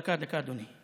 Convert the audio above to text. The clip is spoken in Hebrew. דקה, דקה, אדוני.